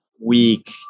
week